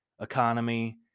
economy